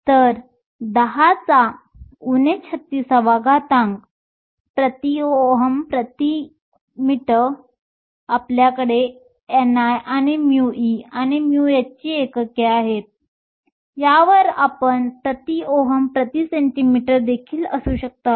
तर 10 36 Ω 1 m 1 आपल्याकडे ni आणि μe आणि μh ची एकके किती आहेत यावर अवलंबून Ω 1 cm 1 देखील असू शकतात